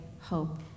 hope